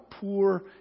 poor